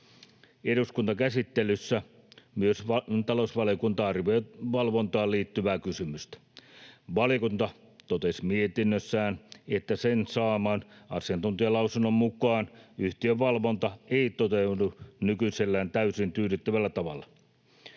Eduskuntakäsittelyssä myös talousvaliokunta arvioi valvontaan liittyvää kysymystä. Valiokunta totesi mietinnössään, että sen saaman asiantuntijalausunnon mukaan yhtiön valvonta ei toteudu nykyisellään täysin tyydyttävällä tavalla.